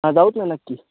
हा जाऊचं ना नक्की